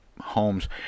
homes